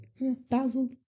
basil